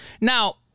Now